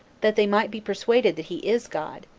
that they might be persuaded that he is god,